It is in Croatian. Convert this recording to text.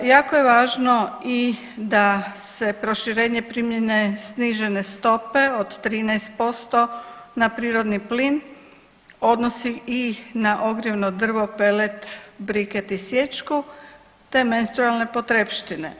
Jako je važno i da se proširenje primjene snižene stope od 13% na prirodni plin odnosi i na ogrjevno drvo, pelet, briket i sječku, te menstrualne potrepštine.